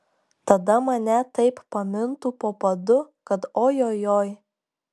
tada mane taip pamintų po padu kad ojojoi